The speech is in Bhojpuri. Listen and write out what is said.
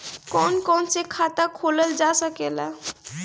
कौन कौन से खाता खोला जा सके ला?